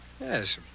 Yes